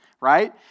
right